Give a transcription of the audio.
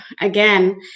again